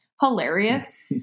hilarious